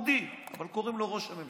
יהודי, אבל קוראים לו ראש הממשלה,